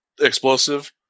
explosive